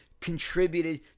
contributed